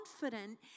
confident